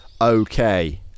Okay